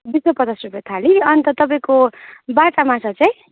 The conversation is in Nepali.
दुई सय पचास रुपियाँ थाली अन्त तपाईँको बाटा माछा चाहिँ